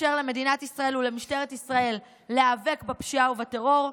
המאפשר למדינת ישראל ולמשטרת ישראל להיאבק בפשיעה ובטרור,